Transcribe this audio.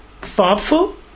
thoughtful